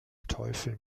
teufel